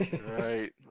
Right